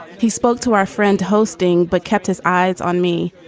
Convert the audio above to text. he spoke to our friend hosting, but kept his eyes on me.